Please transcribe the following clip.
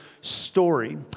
story